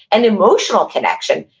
and emotional connection.